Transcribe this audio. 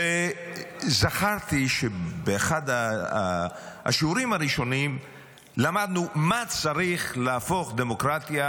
זכרתי שבאחד השיעורים הראשונים למדנו מה צריך להפוך דמוקרטיה